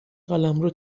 قلمرو